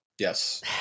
Yes